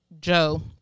joe